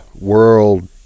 world